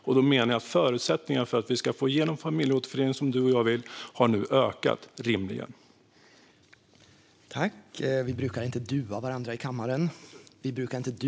Jag menar att förutsättningarna för att vi ska få igenom familjeåterförening som du och jag vill nu rimligen har ökat.